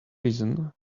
reason